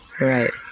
Right